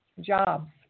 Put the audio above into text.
jobs